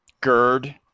GERD